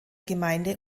gemeinde